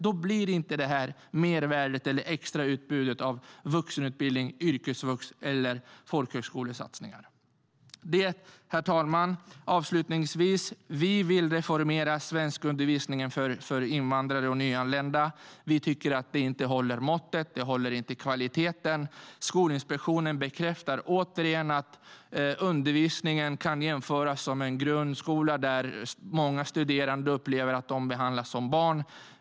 Då blir det inget mervärde av extrautbudet av vuxenutbildning, yrkesvux eller folkhögskolesatsningar. Herr talman! Avslutningsvis: Vi vill reformera svenskundervisningen för invandrare och nyanlända. Vi tycker att den inte håller måttet och kvaliteten. Skolinspektionen bekräftar återigen att undervisningen kan jämföras med en grundskola där många studerande upplever att de behandlas som barn.